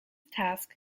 task